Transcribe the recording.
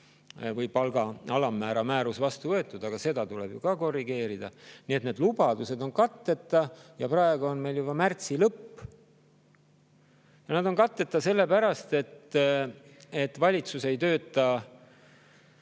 või palga alammäära määrus, aga seda tuleb ju ka korrigeerida. Nii et need lubadused on katteta. Praegu on meil juba märtsi lõpp. Need on katteta selle pärast, et valitsus ei tööta